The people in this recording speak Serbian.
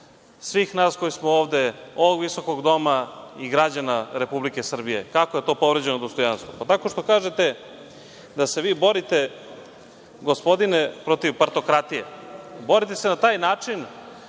svih nas koji smo ovde, ovog visokog doma i građana Republike Srbije. Kako je to povređeno dostojanstvo? Tako što kažete da se vi borite, gospodine, protiv partokratije, borite se na taj način